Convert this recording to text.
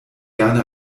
gerne